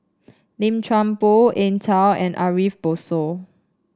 Lim Chuan Poh Eng Tow and Ariff Bongso